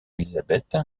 elizabeth